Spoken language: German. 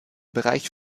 bereich